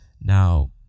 now